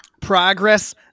Progress